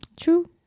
True